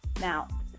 now